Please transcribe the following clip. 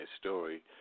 story